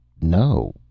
no